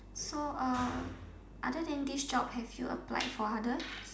so uh other than this job have you applied for others